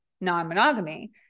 non-monogamy